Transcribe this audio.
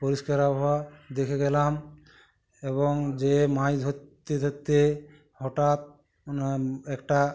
পরিষ্কার আবহাওয়া দেখে গেলাম এবং যেয়ে মাছ ধরতে ধরতে হঠাৎ মানে একটা